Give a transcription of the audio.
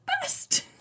best